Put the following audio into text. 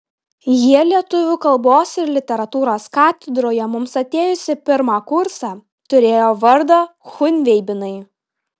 jie lietuvių kalbos ir literatūros katedroje mums atėjus į pirmą kursą turėjo vardą chunveibinai